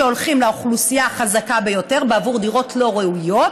שהולכים לאוכלוסייה החזקה ביותר בעבור דירות לא ראויות,